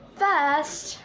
first